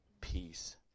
peace